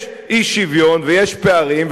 יש אי-שוויון ויש פערים,